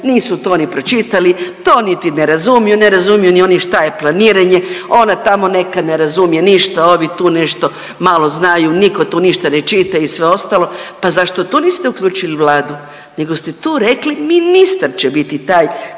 nisu to ni pročitali. To niti ne razumiju. Ne razumiju ni oni što je planiranje. Ona tamo neka ne razumije ništa, ovi tu nešto malo znaju. Nitko tu ništa ne čita i sve ostalo. Pa zašto tu niste uključili Vladu, nego ste tu rekli ministar će biti taj